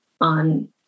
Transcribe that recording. on